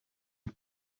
een